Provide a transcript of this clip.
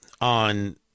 on